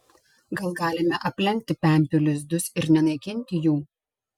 gal galime aplenkti pempių lizdus ir nenaikinti jų